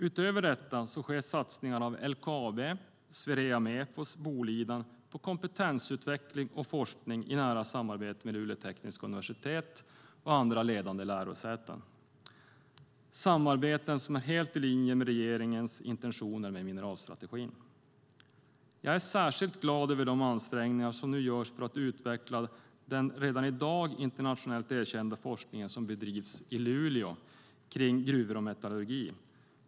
Utöver detta sker satsningar av LKAB, Swerea Mefos och Boliden på kompetensutveckling och forskning i nära samarbete med Luleå tekniska universitet och andra ledande lärosäten. Det är samarbeten som är helt i linje med regeringens intentioner med mineralstrategin. Jag är särskilt glad över de ansträngningar som nu görs för att utveckla den redan i dag internationellt erkända forskning som bedrivs i Luleå kring gruvor och metallurgi.